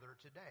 today